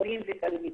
הורים ותלמידים.